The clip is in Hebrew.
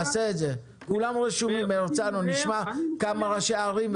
נשמע כמה ראשי ערים,